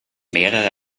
mehrere